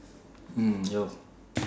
mm yo